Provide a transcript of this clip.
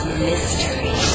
mystery